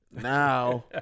Now